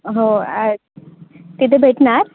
हो तिथे भेटणार